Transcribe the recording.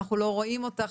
אמנם אני מייצגת את נעמ"ת,